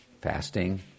Fasting